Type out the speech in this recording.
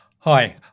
Hi